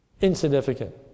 Insignificant